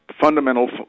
fundamental